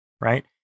right